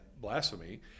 blasphemy